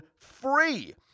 free